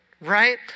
right